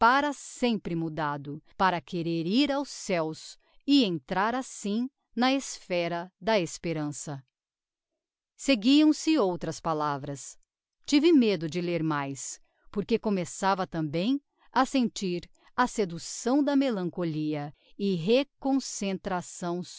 para sempre mudado para querer ir aos céos e entrar assim na esphera da esperança seguiam-se outras palavras tive medo de lêr mais porque começava tambem a sentir a seducção da melancholia e reconcentração